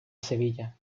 sevilla